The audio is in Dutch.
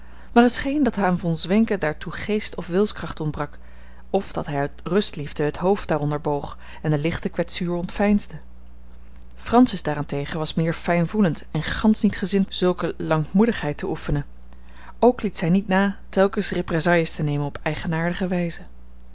maar het scheen dat aan von zwenken daartoe geest of wilskracht ontbrak of dat hij uit rustliefde het hoofd daaronder boog en de lichte kwetsuur ontveinsde francis daarentegen was meer fijnvoelend en gansch niet gezind zulke lankmoedigheid te oefenen ook liet zij niet na telkens represailles te nemen op eigenaardige wijze